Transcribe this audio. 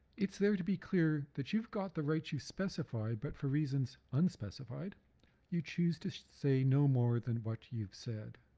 it's there to be clear that you've got the right you specify but for reasons unspecified you choose to say no more than what you've said.